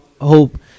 hope